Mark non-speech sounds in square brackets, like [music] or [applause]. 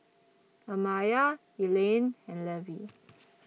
Amaya Elaine and Levie [noise]